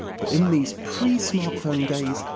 but in these pre-smartphone days,